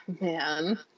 Man